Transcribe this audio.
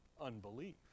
unbelief